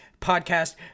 podcast